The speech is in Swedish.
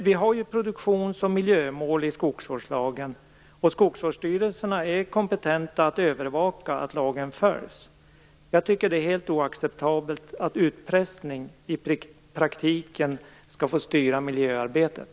Vi har ju produktions och miljömål i skogsvårdslagen, och skogsvårdsstyrelserna är kompetenta att övervaka att lagen följs. Jag tycker att det är helt oacceptabelt att utpressning i praktiken skall få styra miljöarbetet.